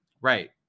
Right